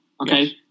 okay